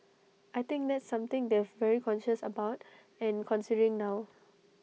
I think that's something they've very conscious about and considering now